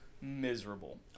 Miserable